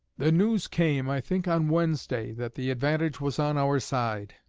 the news came, i think, on wednesday, that the advantage was on our side.